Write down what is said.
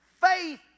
Faith